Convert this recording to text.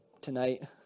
tonight